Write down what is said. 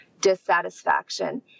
dissatisfaction